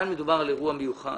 כאן מדובר על אירוע מיוחד.